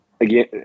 again